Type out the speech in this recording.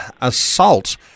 assault